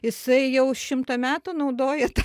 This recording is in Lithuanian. jisai jau šimtą metų naudoja tą